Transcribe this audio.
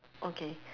okay